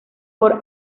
por